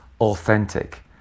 authentic